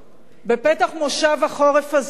בפתח מושב החורף הזה,